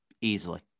easily